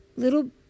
Little